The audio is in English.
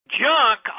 junk